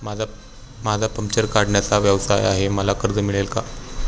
माझा पंक्चर काढण्याचा व्यवसाय आहे मला कर्ज मिळेल का?